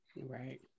right